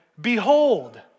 Behold